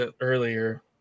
earlier